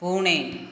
பூனை